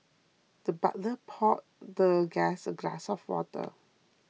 the butler poured the guest a glass of water